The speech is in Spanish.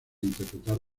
interpretar